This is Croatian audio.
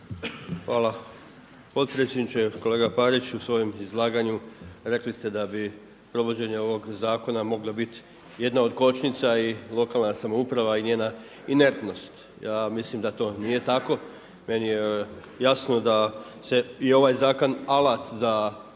Hvala potpredsjedniče. Kolega Parić u svojem izlaganju rekli ste da bi provođenje ovog zakona moglo biti jedna od kočnica i lokalna samouprava i njena inertnost. Ja mislim da to nije tako, meni je jasno da se i ovaj zakon alat za